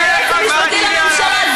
ליועץ המשפטי לממשלה.